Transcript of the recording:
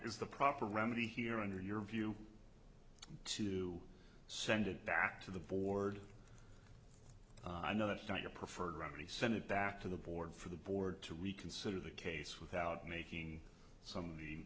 is the proper remedy here under your view to send it back to the board i know that's not your preferred remedy send it back to the board for the board to reconsider the case without making some